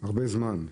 הרבה זמן,